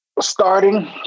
Starting